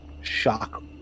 shock